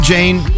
Jane